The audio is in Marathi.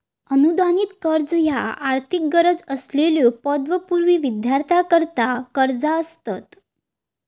अनुदानित कर्ज ह्या आर्थिक गरज असलेल्यो पदवीपूर्व विद्यार्थ्यांकरता कर्जा असतत